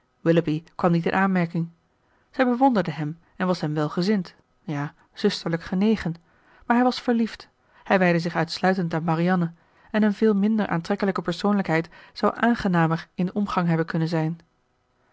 kwam niet in aanmerking zij bewonderde hem en was hem welgezind ja zusterlijk genegen maar hij was verliefd hij wijdde zich uitsluitend aan marianne en een veel minder aantrekkelijke persoonlijkheid zou aangenamer in den omgang hebben kunnen zijn